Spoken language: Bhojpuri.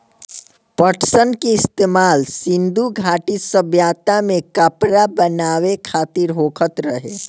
पटसन के इस्तेमाल सिंधु घाटी सभ्यता में कपड़ा बनावे खातिर होखत रहे